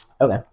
Okay